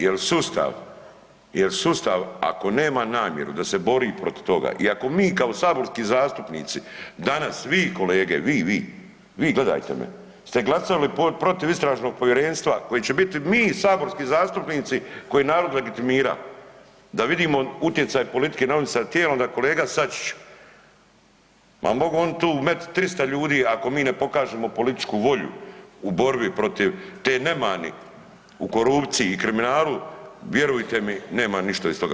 Jer sustav, jer sustav, ako nema namjeru da se bori protiv toga i ako mi kao saborski zastupnici, danas, vi kolege, vi, vi, vi, gledajte me, ste glasali protiv istražnog povjerenstva koje će biti, mi saborski zastupnici koje narod legitimira, da vidimo utjecaj politike na neovisna tijela, onda kolega Sačić, pa mogu oni tu metit 300 ljudi, ako mi ne pokažemo političku volju u borbu protiv te nemani u korupciji i kriminalu, vjerujte mi, nema ništa iz toga.